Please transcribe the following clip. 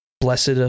Blessed